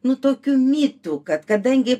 nu tokiu mitų kad kadangi